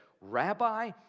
Rabbi